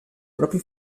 proprie